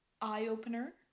eye-opener